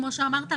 כמו שאמרת,